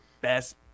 best